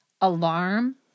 alarm